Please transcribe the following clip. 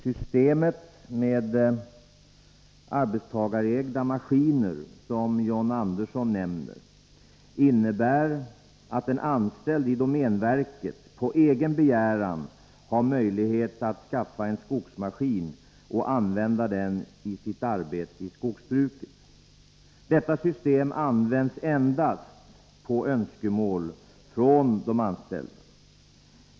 Systemet med arbetstagarägda maskiner, som John Andersson nämner, innebär att en anställd i domänverket på egen begäran har möjlighet att skaffa en skogsmaskin och använda den i sitt arbete i skogsbruket. Detta system används endast på önskemål från anställda.